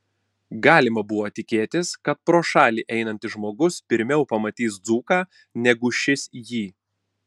galima buvo tikėtis kad pro šalį einantis žmogus pirmiau pamatys dzūką negu šis jį